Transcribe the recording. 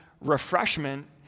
refreshment